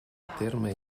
terme